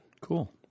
Cool